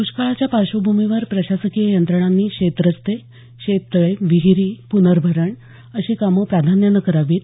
दष्काळाच्या पार्श्वभूमीवर प्रशासकीय यंत्रणांनी शेत रस्ते शेत तळे विहीरी प्नर्भरण अशी कामं प्राधान्यानं करावीत